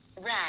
Right